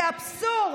זה אבסורד.